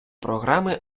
програми